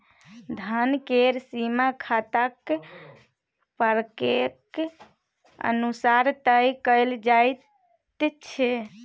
धन केर सीमा खाताक प्रकारेक अनुसार तय कएल जाइत छै